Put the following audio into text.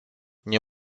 nie